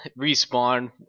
respawn